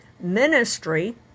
ministry